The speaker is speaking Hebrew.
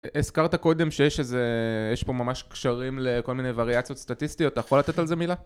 הזכרת קודם שיש פה ממש קשרים לכל מיני וריאציות סטטיסטיות, אתה יכול לתת על זה מילה?